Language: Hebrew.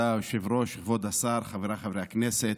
כבוד היושב-ראש, כבוד השר, חבריי חברי הכנסת,